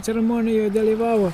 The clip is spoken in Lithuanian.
ceremonijoje dalyvavo